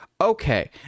okay